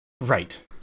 Right